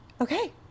okay